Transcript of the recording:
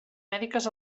mèdiques